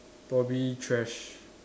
probably trash